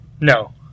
No